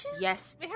Yes